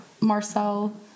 Marcel